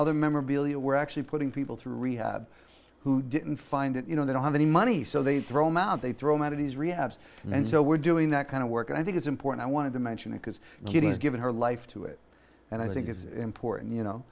other memorabilia we're actually putting people through rehab who didn't find it you know they don't have any money so they throw him out they throw him out of these riyadh's and so we're doing that kind of work and i think it's important i wanted to mention it because getting is given her life to it and i think it's important you know